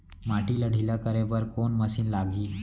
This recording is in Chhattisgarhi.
माटी ला ढिल्ला करे बर कोन मशीन लागही?